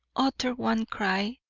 uttered one cry,